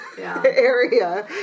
area